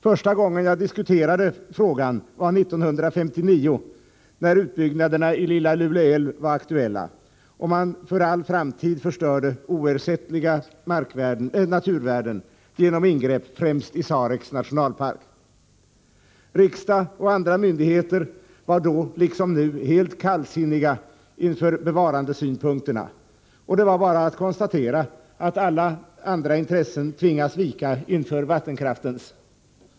Första gången jag diskuterade frågan var 1959, när utbyggnaderna i Lilla Luleälv var aktuella och man för all framtid förstörde oersättliga naturvärden genom ingrepp främst i Sareks nationalpark. Riksdagen och andra myndigheter var då, liksom nu, helt kallsinniga inför bevarandesynpunkterna. Det var bara att konstatera att alla andra intressen tvingas vika inför vattenkraftens.